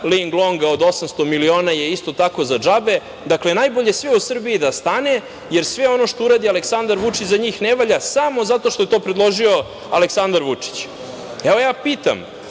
„Ling longa“ od 800 miliona je isto tako za džabe. Dakle, najbolje je da sve u Srbiji stane, jer sve ono što uradi Aleksandar Vučić za njih ne valja samo zato što je to predložio Aleksandar Vučić. Pitam